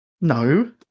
No